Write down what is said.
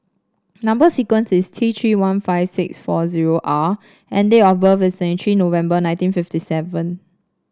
number sequence is T tree one five six four zero R and date of birth is twenty tree November nineteen fifty seven